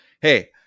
Hey